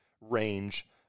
range